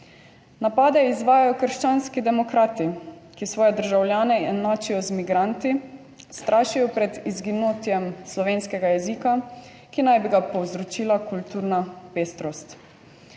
Napade izvajajo krščanski demokrati, ki svoje državljane enačijo z migranti, strašijo pred izginotjem slovenskega jezika, ki naj bi ga povzročila kulturna pestrost.